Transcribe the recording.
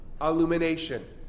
illumination